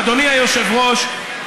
אדוני היושב-ראש,